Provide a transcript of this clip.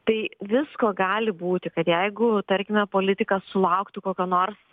tai visko gali būti kad jeigu tarkime politikas sulauktų kokio nors